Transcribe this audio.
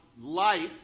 life